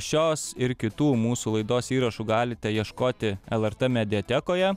šios ir kitų mūsų laidos įrašų galite ieškoti lrt mediatekoje